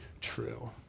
true